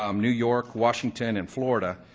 um new york, washington, and florida,